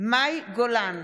מאי גולן,